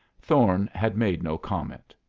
thorne had made no comment.